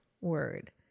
word